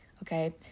Okay